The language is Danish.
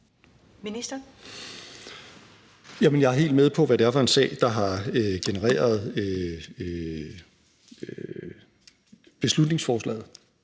Hækkerup): Jamen jeg er helt med på, hvad det er for en sag, der har genereret beslutningsforslaget.